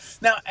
Now